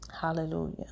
hallelujah